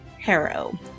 Harrow